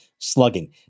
slugging